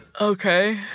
Okay